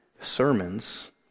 sermons